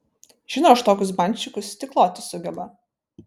žinau aš tokius banščikus tik loti sugeba